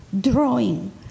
drawing